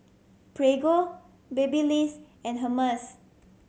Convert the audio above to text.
Prego Babyliss and Hermes